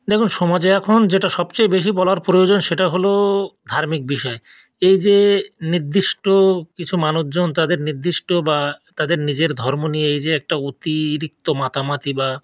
দেখুন সমাজে এখন যেটা সবচেয়ে বেশি বলার প্রয়োজন সেটা হলো ধার্মিক বিষয় এই যে নির্দিষ্ট কিছু মানুষ জন তাদের নির্দিষ্ট বা তাদের নিজের ধর্ম নিয়েই যে একটা অতিরিক্ত মাতামাতি বা